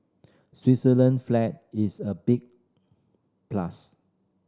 Switzerland flag is a big plus